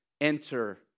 enter